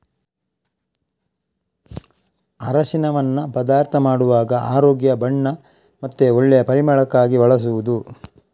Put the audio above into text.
ಅರಸಿನವನ್ನ ಪದಾರ್ಥ ಮಾಡುವಾಗ ಆರೋಗ್ಯ, ಬಣ್ಣ ಮತ್ತೆ ಒಳ್ಳೆ ಪರಿಮಳಕ್ಕಾಗಿ ಬಳಸುದು